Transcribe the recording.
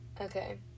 Okay